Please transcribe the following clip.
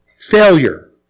failure